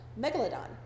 megalodon